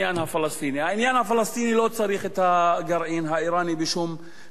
העניין הפלסטיני לא צריך את הגרעין האירני בשום פנים ואופן.